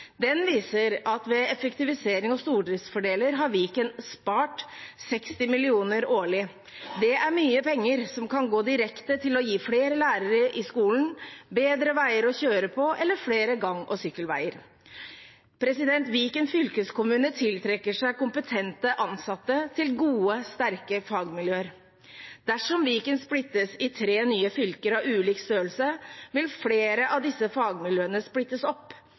Den viser at ved effektivisering og stordriftsfordeler har Viken spart 60 mill. kr årlig. Det er mye penger som kan gå direkte til å gi flere lærere i skolen, bedre veier å kjøre på eller flere gang- og sykkelveier. Viken fylkeskommune tiltrekker seg kompetente ansatte til gode, sterke fagmiljøer. Dersom Viken splittes i tre nye fylker av ulik størrelse, vil flere av disse fagmiljøene splittes opp.